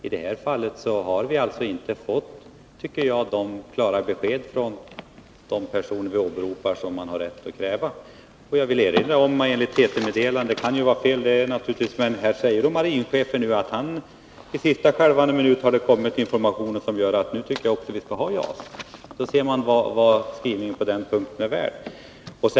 I det här fallet har vi, tycker jag, inte fått de klara besked som man har rätt att kräva från de personer som åberopas. Jag vill erinra om att enligt ett TT-meddelande — det kan naturligtvis vara fel — säger marinchefen att han i dessa sista skälvande minuter fått informationer som gör att han också tycker att vi skall ha JAS. Då ser man vad skrivningen på den punkten är värd.